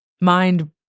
mind